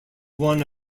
one